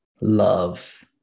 love